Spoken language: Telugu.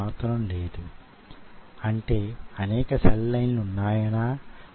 స్కెలిటల్ మజిల్ కార్డియాక్ మజిల్ ల గురించి చర్చించుకున్నాం